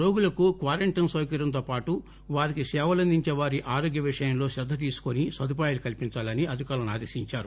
రోగులకు క్వారంటైన్ సౌకర్యంతో పాటు వారికి సేవలు అందించే వారి ఆరోగ్య విషయంలో శ్రద్ద తీసుకుని సదుపాయాలు కల్పించాలని అధికారులను ఆదేశించారు